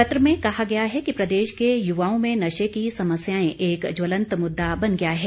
पत्र में कहा गया है कि प्रदेश के युवाओं में नशे की समस्याएं एक ज्वलंत मुददा बन गया है